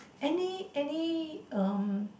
any any um